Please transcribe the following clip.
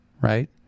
right